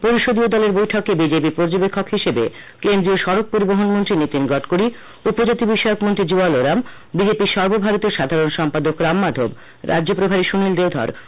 পরিষদীয় দলের বৈঠকে বিজেপি পর্যবেক্ষক হিসেবে কেন্দ্রীয় সডক পরিবহণ মন্ত্রী নীতিন গডকডি উপজাতি বিষয়ক মন্ত্রী জুয়াল ওরাম বিজেপির সর্বভারতীয় সাধারণ সম্পাদক রাম মাধব রাজ্য প্রভারী সুনীল দেওধর প্রমুখ উপস্থিত ছিলেন